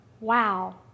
wow